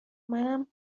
منم